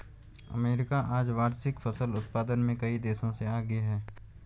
America आज वार्षिक फसल उत्पादन में कई देशों से आगे है